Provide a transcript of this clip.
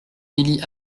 élie